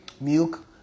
milk